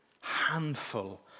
handful